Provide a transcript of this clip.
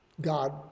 God